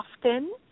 often